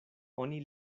oni